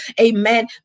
amen